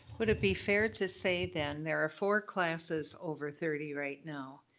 but be fair to say, then, there are four classes over thirty right now,